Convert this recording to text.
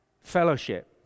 fellowship